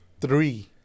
three